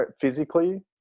physically